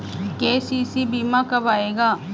KCC बीमा कब आएगा?